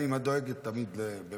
את תמיד דואגת לנשים